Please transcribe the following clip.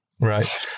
Right